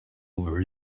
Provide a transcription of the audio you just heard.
over